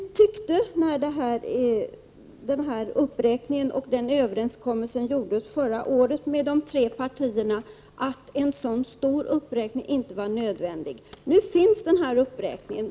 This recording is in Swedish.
När uppräkningen och överenskommelsen gjordes förra året med de tre partierna, tyckte vi att en så stor uppräkning inte var nödvändig. Nu finns den uppräkningen.